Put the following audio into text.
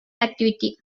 activity